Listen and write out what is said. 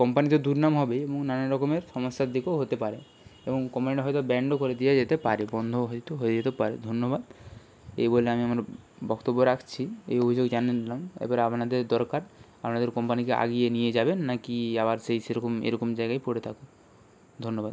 কোম্পানির তো দুর্নাম হবেই এবং নানান রকমের সমস্যার দিকও হতে পারে এবং কোম্পানিটা হয়তো ব্যান্ডও করে দিয়া যেতে পারে বন্ধ হয়তো হয়ে যেতে পারে ধন্যবাদ এই বলে আমি আমার বক্তব্য রাখছি এই অভিযোগ জানিয়ে দিলাম এবার আপনাদের দরকার আপনাদের কোম্পানিকে আগিয়ে নিয়ে যাবেন না কি আবার সেই সেরকম এরকম জায়গায় পড়ে থাকুক ধন্যবাদ